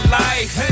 life